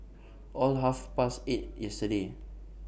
after Half Past eight yesterday